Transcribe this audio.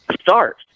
start